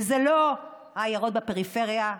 וזה לא העיירות בפריפריה,